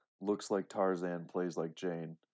looks-like-Tarzan-plays-like-Jane